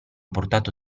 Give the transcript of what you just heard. portato